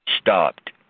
stopped